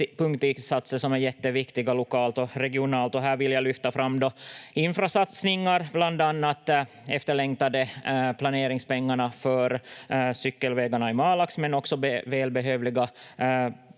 punktinsatser som är jätteviktiga lokalt och regionalt. Här vill jag lyfta fram infrasatsningar, bland annat de efterlängtade planeringspengarna för cykelvägarna i Malax men också välbehövliga